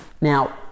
Now